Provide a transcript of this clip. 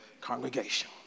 congregation